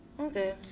Okay